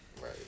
Right